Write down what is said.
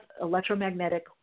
electromagnetic